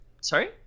Sorry